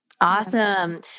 Awesome